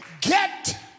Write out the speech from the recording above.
get